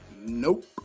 nope